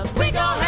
we got a